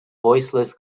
voiceless